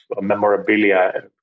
memorabilia